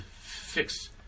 fix